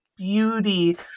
beauty